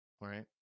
right